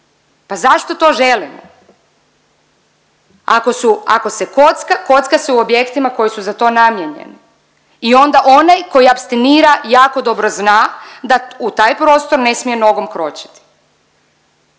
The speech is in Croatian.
Pa zašto to želimo? Ako se kocka, kocka se u objektima koji su za to namijenjeni i onda onaj koji apstinira jako dobro zna da u taj prostor ne smije nogom kročiti.